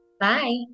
Bye